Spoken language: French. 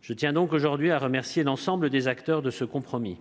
Je tiens donc à remercier l'ensemble des acteurs de ce compromis.